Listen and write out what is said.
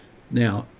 now,